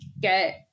get –